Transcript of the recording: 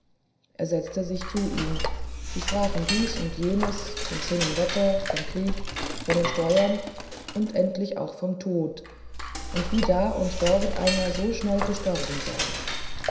er setzte sich zu ihm sie sprachen dies und jenes vom schönen wetter vom krieg von den steuern und endlich auch vom tod und wie da und dort einer so schnell gestorben sei